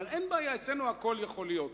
אומרים לו: אין בעיה, אצלנו הכול יכול להיות.